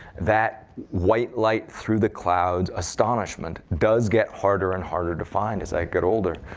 that white light through the clouds astonishment does get harder and harder to find as i get older.